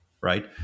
Right